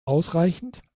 ausreichend